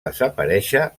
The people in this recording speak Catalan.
desaparèixer